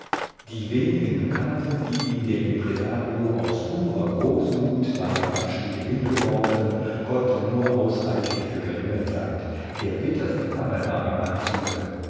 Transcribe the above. die wenigen dukaten die ihm der impresario aus purer großmut bei dem abschiede hingeworfen konnten nur ausreichen für geringe zeit der bitterste mangel war im anzuge